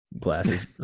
glasses